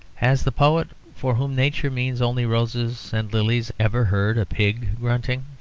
has the poet, for whom nature means only roses and lilies, ever heard a pig grunting?